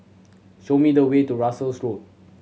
show me the way to Russels Road